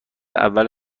اول